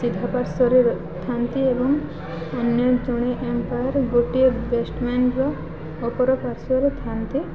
ସିଧା ପାର୍ଶ୍ଵରେ ଥାନ୍ତି ଏବଂ ଅନ୍ୟ ଜଣେ ଅମ୍ପାୟାର ଗୋଟିଏ ବ୍ୟାଟ୍ସମ୍ୟାନ୍ର ଅପର ପାର୍ଶ୍ଵରେ ଥାଆନ୍ତି